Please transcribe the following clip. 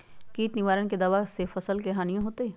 किट निवारक दावा से फसल के हानियों होतै?